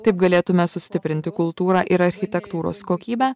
taip galėtume sustiprinti kultūrą ir architektūros kokybę